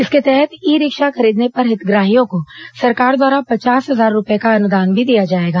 इसके तहत e rickshaw खरीदने पर हितग्राहियों को सरकार द्वारा पचास हजार रूपए का अनुदान भी दिया जाएगा